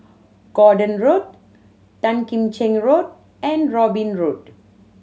Gordon Road Tan Kim Cheng Road and Robin Road